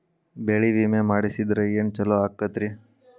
ಬೆಳಿ ವಿಮೆ ಮಾಡಿಸಿದ್ರ ಏನ್ ಛಲೋ ಆಕತ್ರಿ?